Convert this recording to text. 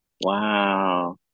Wow